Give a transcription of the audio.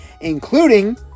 including